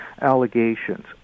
allegations